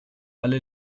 alle